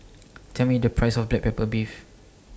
Tell Me The Price of Black Pepper Beef